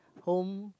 home